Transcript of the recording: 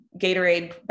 Gatorade